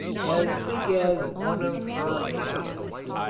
as big as one of her anchor-points,